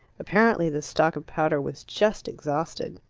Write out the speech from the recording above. apparently the stock of powder was just exhausted.